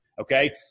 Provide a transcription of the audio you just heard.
okay